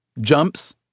jumps